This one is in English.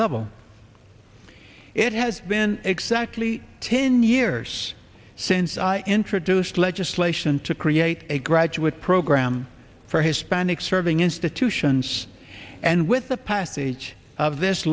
level it has been exactly ten years since i introduced legislation to create a graduate program for his panic serving institutions and with the passage of this